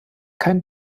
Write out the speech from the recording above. kein